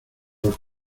los